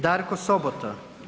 Darko Sobota.